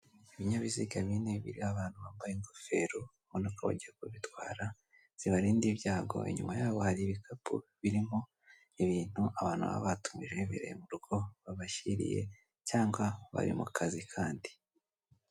Ibinyabiziga bine biriho abantu bambaye ingofero ubona ko bagiye kubitwara zibarinda ibyago inyuma yabo hari ibikapu birimo ibintu abantu baba batumije bibereye mu rugo babashyiriye cyangwa bari mu kazi kandi.